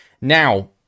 Now